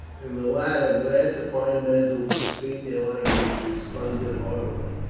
and the latter, glad to find men who could speak their language, responded heartily.